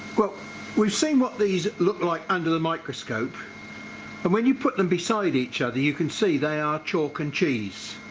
well we've seen what these look like under the microscope and when you put them beside each other you can see they are chalk and cheese